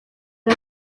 ari